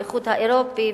באיחוד האירופי,